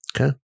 Okay